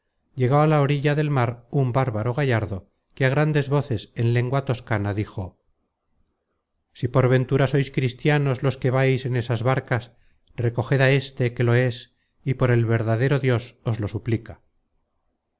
llegó á la orilla del mar un bárbaro gallardo que á grandes voces en lengua toscana dijo si por ventura sois cristianos los que vais en esas barcas recoged á éste que lo es y por el verdadero dios os lo suplica